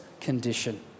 condition